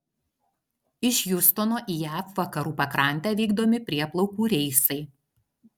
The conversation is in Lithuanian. iš hjustono į jav vakarų pakrantę vykdomi prieplaukų reisai